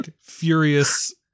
furious